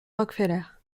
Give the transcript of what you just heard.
rockefeller